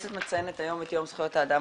מציינת היום את יום זכויות האדם